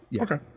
Okay